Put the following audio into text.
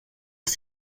els